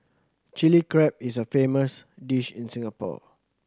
Chilli Crab is a famous dish in Singapore